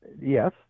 Yes